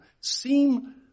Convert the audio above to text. seem